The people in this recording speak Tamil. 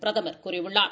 பிரதமர் கூறியுள்ளார்